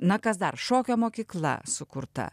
na kas dar šokio mokykla sukurta